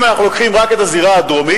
אם אנחנו לוקחים רק את הזירה הדרומית,